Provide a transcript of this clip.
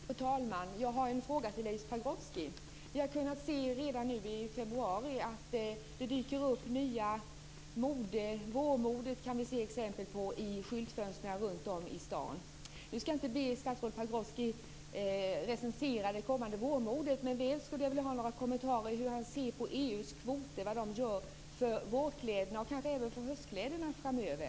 Fru talman! Jag har en fråga till Leif Pagrotsky. Vi har redan nu i februari sett att det dyker upp nytt mode. Vårmodet kan vi nu se exempel på i skyltfönster runtom i stan. Jag ska inte be statsrådet Pagrotsky recensera det kommande vårmodet men jag skulle vilja ha några kommentarer om hur han ser på EU:s kvoter, vad de betyder för vårkläderna och kanske även för höstkläderna framöver.